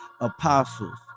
apostles